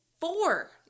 four